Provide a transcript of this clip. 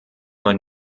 ein